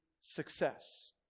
success